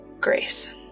grace